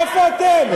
איפה אתם?